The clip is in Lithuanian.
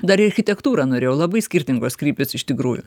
dar į architektūrą norėjau labai skirtingos kryptys iš tikrųjų